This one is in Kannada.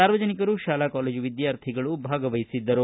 ಸಾರ್ವಜನಿಕರು ಶಾಲಾ ಕಾಲೇಜು ವಿದ್ಯಾರ್ಥಿಗಳು ಭಾಗವಹಿಸಿದ್ದರು